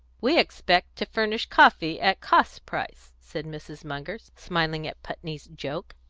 we expect to furnish coffee at cost price, said mrs. munger, smiling at putney's joke.